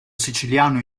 siciliano